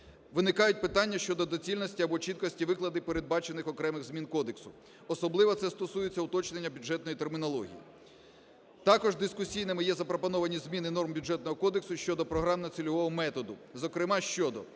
Виникають питання щодо доцільності або чіткості викладу передбачених окремих змін кодексу. Особливо це стосується уточнення бюджетної термінології. Також дискусійними є запропоновані зміни норм Бюджетного кодексу щодо програмно-цільового методу, зокрема щодо